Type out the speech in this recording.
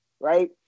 right